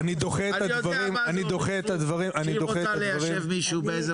אני יודע מה זה אורית סטרוק כשהיא רוצה ליישב מישהו באיזה מקום.